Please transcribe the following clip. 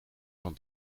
van